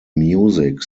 music